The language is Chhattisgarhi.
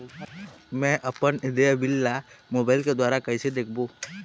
मैं अपन देय बिल ला मोबाइल के द्वारा कइसे देखबों?